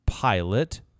pilot